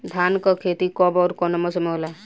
धान क खेती कब ओर कवना मौसम में होला?